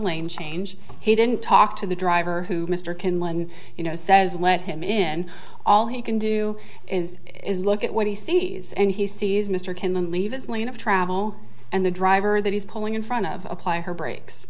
lane change he didn't talk to the driver who mr can land you know says let him in all he can do is look at what he sees and he sees mr cannon leave his lane of travel and the driver that he's pulling in front of apply her brak